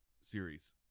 series